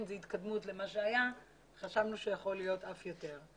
זאת התקדמות ביחס למה שהיה אבל חשבנו שיכול להיות אף יתר.